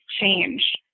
change